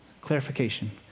clarification